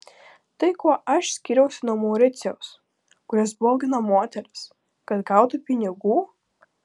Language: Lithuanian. tai kuo aš skyriausi nuo mauricijaus kuris baugino moteris kad gautų pinigų